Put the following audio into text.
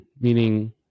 meaning